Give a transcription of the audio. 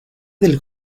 del